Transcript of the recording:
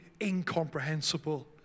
incomprehensible